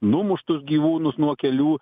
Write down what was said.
numuštus gyvūnus nuo kelių